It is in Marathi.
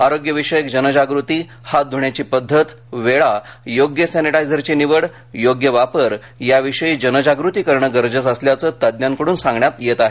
आरोग्यविषयक जनजागृती हात धुण्याची पद्धत वेळा योग्य सॅनिटायझरची निवड योग्य वापर याविषयी जनजागृती करणे गरजेचं असल्याचं तज्ञांकडून सांगण्यात आलं आहे